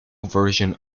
version